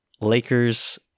Lakers